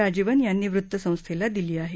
राजीवन यांनी वृत्तसंस्थेला दिली आहे